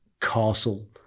castle